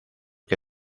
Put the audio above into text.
que